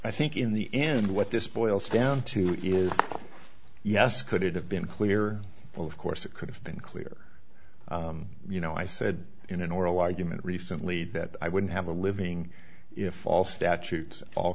i think in the end what this boils down to is yes could it have been clear of course it could have been clearer you know i said in an oral argument recently that i wouldn't have a living if all statutes a